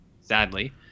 sadly